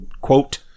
Quote